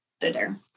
editor